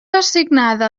assignada